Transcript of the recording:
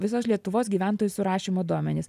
visos lietuvos gyventojų surašymo duomenys